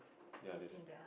ya this